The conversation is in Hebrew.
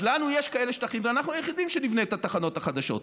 אז לנו יש כאלה שטחים ואנחנו היחידים שנבנה את התחנות החדשות.